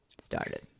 started